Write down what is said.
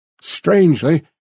Strangely